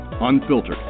unfiltered